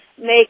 make